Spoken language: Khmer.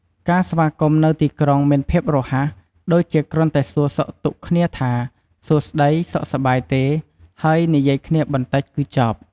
ការស្វាគមន៍នៅទីក្រុងមានភាពរហ័ស ដូចជាគ្រាន់តែសួរសុខទុក្ខគ្នាថា “សួស្តី សុខសប្បាយទេ?” ហើយ និយាយគ្នាបន្តិច គឺចប់។